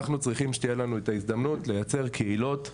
אנחנו צריכים שתהיה לנו ההזדמנות לייצר קהילות טובות.